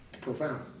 Profound